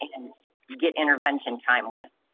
and get intervention time with